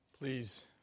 Please